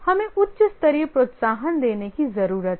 हमें उच्च स्तरीय प्रोत्साहन देने की जरूरत है